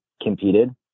competed